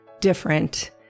different